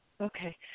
okay